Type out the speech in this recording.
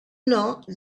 know